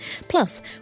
Plus